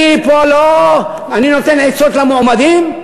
אני נותן פה עצות למועמדים,